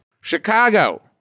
Chicago